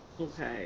Okay